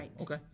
okay